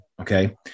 Okay